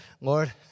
Lord